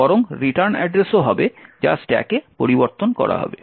বরং রিটার্ন অ্যাড্রেসও হবে যা স্ট্যাকে পরিবর্তন করা হবে